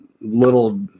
little